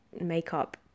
makeup